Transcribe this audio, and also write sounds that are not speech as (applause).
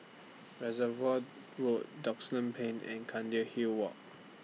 Reservoir Road Duxton Plain and (unintelligible) Hill Walk